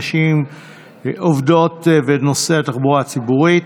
נשים עובדות ונוסעי התחבורה הציבורית.